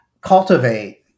cultivate